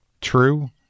true